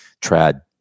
trad